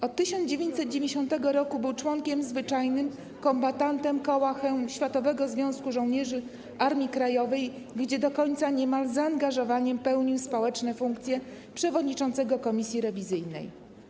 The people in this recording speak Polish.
Od 1990 r. był członkiem zwyczajnym kombatantem Koła Chełm Światowego Związku Żołnierzy Armii Krajowej, gdzie niemal do końca z zaangażowaniem pełnił społecznie funkcję przewodniczącego komisji rewizyjnej.